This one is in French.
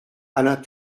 alain